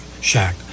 shack